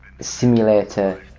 simulator